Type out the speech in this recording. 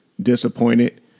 disappointed